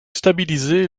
stabiliser